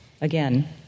Again